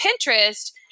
Pinterest